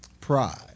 Pride